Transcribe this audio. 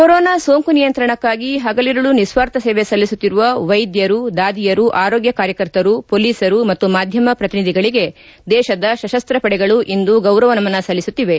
corona ಸೋಂಕು ನಿಯಂತ್ರಣಕ್ಕಾಗಿ ಹಗಲಿರುಳು ನಿಸ್ವಾರ್ಥ ಸೇವೆ ಸಲ್ಲಿಸುತ್ತಿರುವ ವೈದ್ಯರು ದಾದಿಯರು ಆರೋಗ್ಯ ಕಾರ್ಯಕರ್ತರು ಪೊಲೀಸರು ಮತ್ತು ಮಾಧ್ವಮ ಪ್ರತಿನಿಧಿಗಳಿಗೆ ದೇಶದ ಸಶಸ್ತ ಪಡೆಗಳು ಇಂದು ಗೌರವ ನಮನ ಸಲ್ಲಿಸುತ್ತಿವೆ